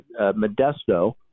Modesto